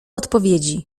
odpowiedzi